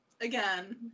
again